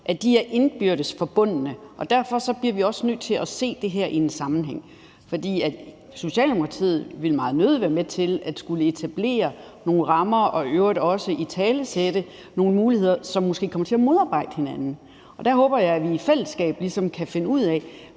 er indbyrdes forbundne, og derfor bliver vi også nødt til at se det her i en sammenhæng. For Socialdemokratiet vil meget nødig være med til at skulle etablere nogle rammer og i øvrigt også italesætte nogle muligheder, som måske kommer til at modarbejde hinanden. Der håber jeg, at vi i fællesskab kan finde ud af,